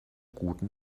guten